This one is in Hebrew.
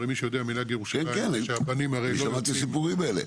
למי שיודע מנהג ירושלים- -- אני שמעתי סיפורים כאלה,